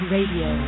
Radio